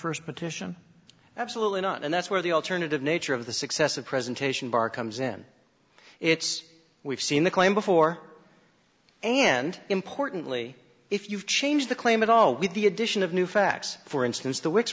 first petition absolutely not and that's where the alternative nature of the successive presentation bar comes in it's we've seen the claim before and importantly if you change the claim at all with the addition of new facts for instance the w